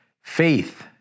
Faith